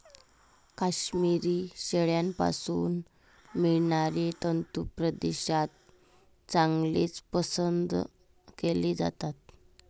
काश्मिरी शेळ्यांपासून मिळणारे तंतू परदेशात चांगलेच पसंत केले जातात